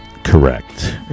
Correct